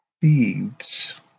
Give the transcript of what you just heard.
Thieves